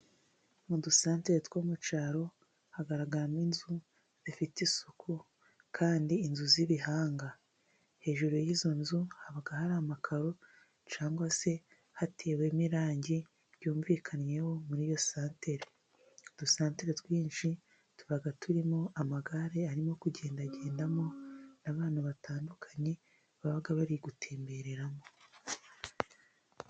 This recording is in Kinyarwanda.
Mu dusantere two mu cyaro hagaragaramo inzu zifite isuku, kandi inzu z'ibihanga hejuru y'izo nzu haba hari amakaro, cyangwa se hatewemo irangi ryumvikanweho muri iyo santeri. Udusantere twinshi tuba turimo amagare arimo kugendagendamo, n'abantu batandukanye baba bari gutembereramo.